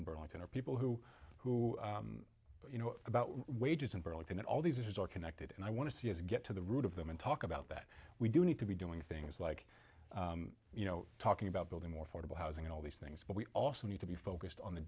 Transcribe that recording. in burlington or people who who you know about whey just in burlington and all these issues are connected and i want to see us get to the root of them and talk about that we do need to be doing things like you know talking about building more affordable housing and all these things but we also need to be focused on the